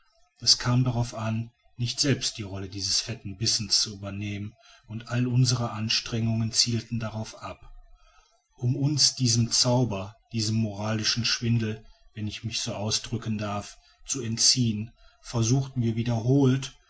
es kam darauf an nicht selbst die rolle dieses fetten bissens zu übernehmen und all unsere anstrengungen zielten darauf ab um uns diesem zauber diesem moralischen schwindel wenn ich mich so ausdrücken darf zu entziehen versuchten wir wiederholt